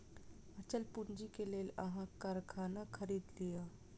अचल पूंजी के लेल अहाँ कारखाना खरीद लिअ